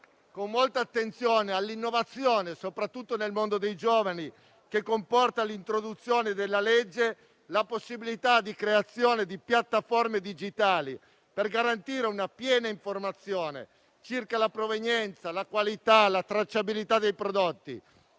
con molta attenzione all'innovazione, soprattutto nel mondo dei giovani. Il disegno di legge prevede infatti la possibilità di creazione di piattaforme digitali per garantire una piena informazione circa la provenienza, la qualità e la tracciabilità dei prodotti,